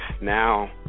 now